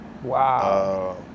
Wow